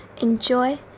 enjoy